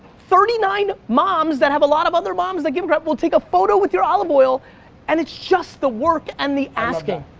thirty nine moms that have a lot of other moms that give a crap will take a photo with your olive oil and it's just the work and the asking.